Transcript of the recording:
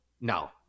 No